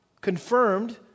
confirmed